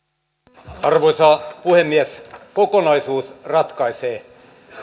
arvoisa puhemies kokonaisuus ratkaisee